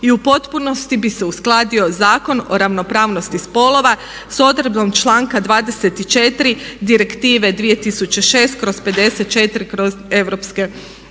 i u potpunosti bi se uskladio Zakon o ravnopravnosti spolova s odredbom članka 24. Direktive 2006/54/EZ